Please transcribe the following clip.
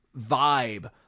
vibe